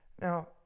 Now